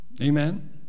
Amen